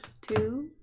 Two